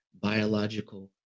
biological